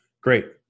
Great